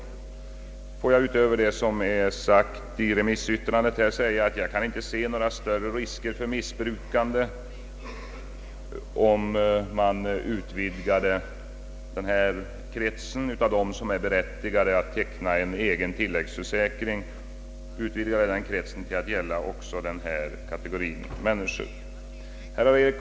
Låt mig säga utöver vad som sagts i remissyttrandet att jag inte kan se några större risker för missbruk, om man utvidgade kretsen av dem som är berättigade att teckna en egen tillläggsförsäkring till att omfatta också denna kategori människor.